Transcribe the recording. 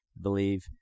believe